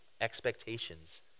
expectations